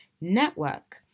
network